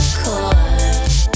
core